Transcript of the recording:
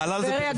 נהלל היא פריפריה.